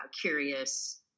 curious